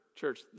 church